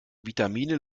vitamine